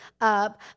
up